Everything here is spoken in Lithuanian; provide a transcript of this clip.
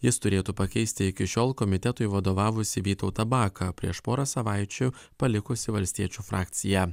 jis turėtų pakeisti iki šiol komitetui vadovavusį vytautą baką prieš porą savaičių palikusį valstiečių frakciją